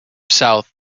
south